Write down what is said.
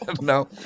No